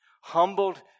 Humbled